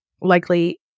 likely